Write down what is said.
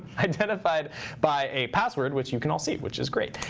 identified by a password, which you can all see, which is great.